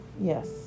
Yes